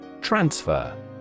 Transfer